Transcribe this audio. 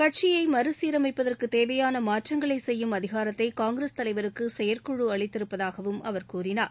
கட்சியை மறுசீரமைப்பதற்கு தேவையான மாற்றங்களை செய்யும் அதிகாரத்தை காங்கிரஸ் தலைவருக்கு செயற்குழு அளித்திருப்பதாகவும் அவர் கூறினார்